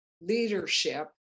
leadership